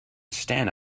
stand